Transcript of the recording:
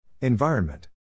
Environment